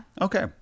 Okay